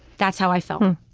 that's how i felt. um